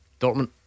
Dortmund